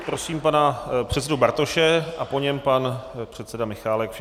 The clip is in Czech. Prosím pana předsedu Bartoše a po něm pan předseda Michálek.